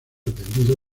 atendido